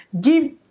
give